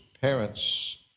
parents